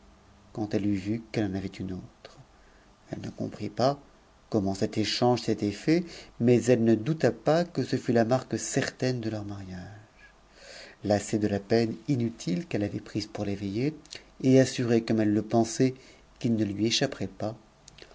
quand elle eut vu qu'elle en avait une autre elle ne comprit pas comment cet échange s'était fait mais elle ne douta pas que ce ne fût la marque certaine de leur mariage lassée de la peine inutile qu'elle avait prise pour l'éveiller et assurée comme elle le pensait qu'il ne lui échapperait pas